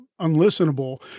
unlistenable